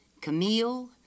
Camille